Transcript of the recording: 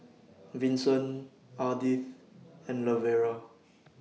Vinson Ardith and Lavera